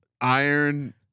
Iron